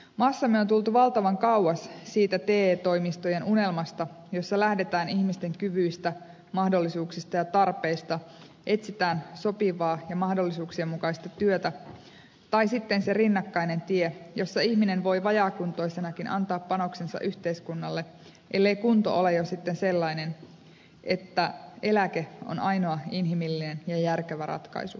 maassamme on tultu valtavan kauas siitä te toimistojen unelmasta jossa lähdetään ihmisten kyvyistä mahdollisuuksista ja tarpeista etsitään sopivaa ja mahdollisuuksien mukaista työtä tai sitten se rinnakkainen tie jossa ihminen voi vajaakuntoisenakin antaa panoksensa yhteiskunnalle ellei kunto ole jo sitten sellainen että eläke on ainoa inhimillinen ja järkevä ratkaisu